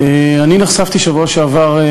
אני נחשפתי בשבוע שעבר,